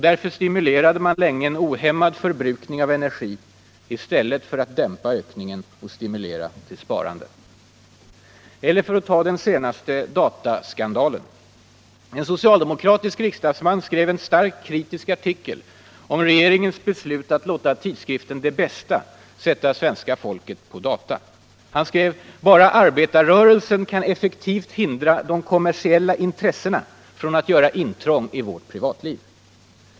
Därför stimulerade man länge en ohämmad förbrukning av energi i stället för att dämpa ökningen och stimulera till sparande. Eller för att ta den senaste dataskandalen! En socialdemokratisk riksdagsman skrev en starkt kritisk artikel om regeringens beslut att låta tidskriften Det Bästa sätta svenska folket på data: ”Bara arbetarrörelsen kan effektivt hindra de kommersiella intressena från att göra intrång i vårt privatliv”.